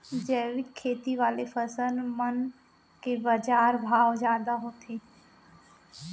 जैविक खेती वाले फसल मन के बाजार भाव जादा होथे